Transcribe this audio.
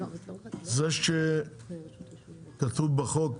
זה שכתוב בחוק,